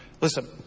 Listen